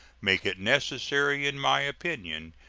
makes it necessary, in my opinion,